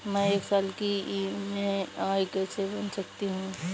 मैं एक साल की ई.एम.आई कैसे बना सकती हूँ?